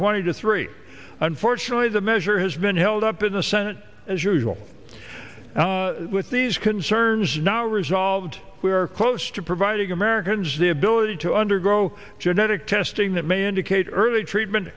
twenty to three unfortunately the measure has been held up in the senate as usual with these concerns now resolved we are close to providing americans the ability to undergo genetic testing that may indicate early treatment